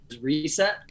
reset